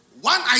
One